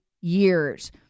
years